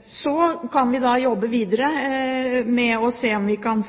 Så kan vi jobbe videre med å se på om vi kan